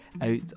out